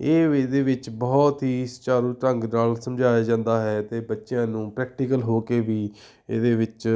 ਇਹ ਵੀ ਇਹਦੇ ਵਿੱਚ ਬਹੁਤ ਹੀ ਸੁਚਾਰੂ ਢੰਗ ਨਾਲ ਸਮਝਾਇਆ ਜਾਂਦਾ ਹੈ ਅਤੇ ਬੱਚਿਆਂ ਨੂੰ ਪ੍ਰੈਕਟੀਕਲ ਹੋ ਕੇ ਵੀ ਇਹਦੇ ਵਿੱਚ